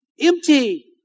empty